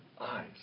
eyes